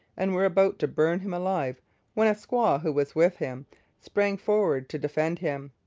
and were about to burn him alive when a squaw who was with him sprang forward to defend him.